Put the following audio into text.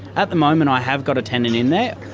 at the moment i have got a tenant in there.